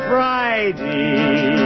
Friday